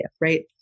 right